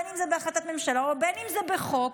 אם זה בהחלטת ממשלה ואם זה בחוק,